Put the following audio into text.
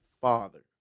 father